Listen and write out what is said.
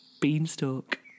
beanstalk